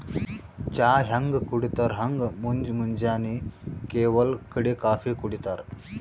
ಚಾ ಹ್ಯಾಂಗ್ ಕುಡಿತರ್ ಹಂಗ್ ಮುಂಜ್ ಮುಂಜಾನಿ ಕೆಲವ್ ಕಡಿ ಕಾಫೀ ಕುಡಿತಾರ್